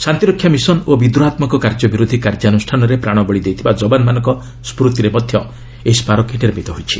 ଶାନ୍ତି ରକ୍ଷା ମିଶନ ଓ ବିଦ୍ରୋହାତ୍ମକ କାର୍ଯ୍ୟ ବିରୋଧୀ କାର୍ଯ୍ୟାନୁଷ୍ଠାନରେ ପ୍ରାଣବଳି ଦେଇଥିବା ଯବାନମାନଙ୍କ ସ୍କୃତିରେ ମଧ୍ୟ ଏହି ସ୍କାରକୀ ନିର୍ମିତ ହୋଇଛି